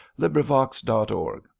LibriVox.org